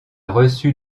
reçut